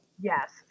Yes